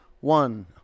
One